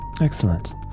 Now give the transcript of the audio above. Excellent